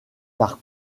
par